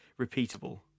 repeatable